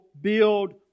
build